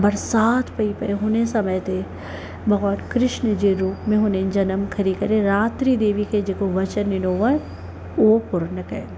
बरसाति पई पए हुन समय ते भॻवान कृष्ण जे रूप में हुन जनमु खणी करे रात्री देवी खे जेको वचन ॾिनो हो उहो पूर्ण कयो हुयो